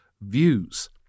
views